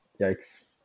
yikes